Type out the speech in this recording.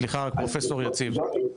סליחה פרופסור יציב,